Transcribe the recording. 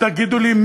תגידו לי,